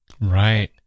Right